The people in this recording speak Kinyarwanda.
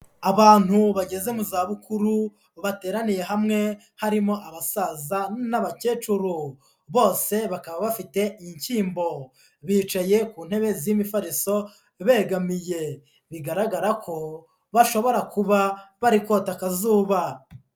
Abantu bageze mu zabukuru bateraniye hamwe, harimo abasaza n'abakecuru, bose bakaba bafite inshyimbo, bicaye ku ntebe z'imifariso begamiye, bigaragara ko bashobora kuba bari kota akazuba.